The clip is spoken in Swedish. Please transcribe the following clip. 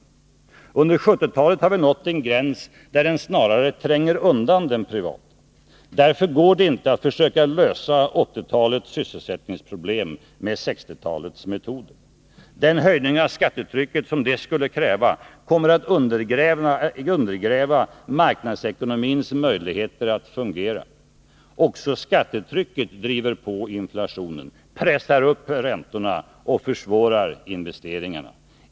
Under 1970-talet har vi nått en gräns där den snarare tränger undan den privata. Därför går det inte att försöka lösa 1980-talets sysselsättningsproblem med 1960-talets metoder. Den höjning av skattetrycket som det skulle kräva kommer att undergräva marknadsekonomins möjligheter att fungera. Också skattetrycket driver på inflationen, pressar upp räntorna och försvårar investeringarna.